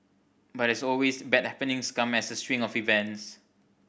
but as always bad happenings come as a string of events